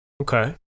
Okay